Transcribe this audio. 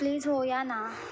please हो या ना